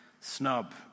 snub